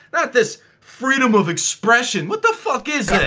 not this freedom of expression what the fuck is